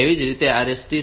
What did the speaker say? એ જ રીતે RST 6